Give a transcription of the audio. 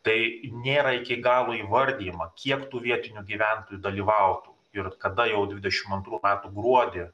tai nėra iki galo įvardijama kiek tų vietinių gyventojų dalyvautų ir kada jau dvidešim antrų metų gruodį